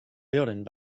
building